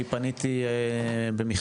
אני פניתי במכתב,